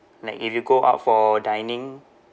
like if you go out for dining